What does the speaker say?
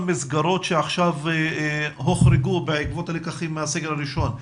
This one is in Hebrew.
מסגרות שעכשיו הוחרגו בעקבות הלקחים מהסגר הראשון,